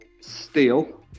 steel